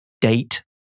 date